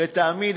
לטעמי,